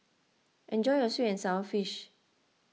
enjoy your Sweet and Sour Fish